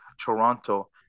Toronto